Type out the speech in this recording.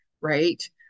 right